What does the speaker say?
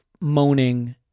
Moaning